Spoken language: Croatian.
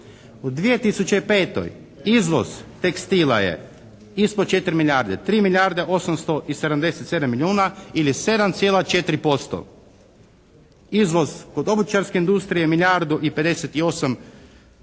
U 2005. izvoz tekstila je ispod 4 milijarde. 3 milijarde 877 milijuna ili 7,4%. Izvoz kod obućarske industrije milijardu i 58 milijuna